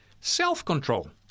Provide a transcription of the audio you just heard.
self-control